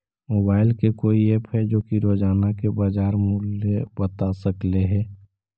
Mobile के कोइ app है जो कि रोजाना के बाजार मुलय बता सकले हे?